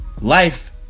life